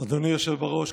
אדוני היושב בראש,